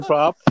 Pop